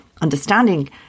understanding